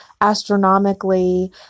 astronomically